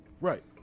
right